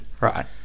Right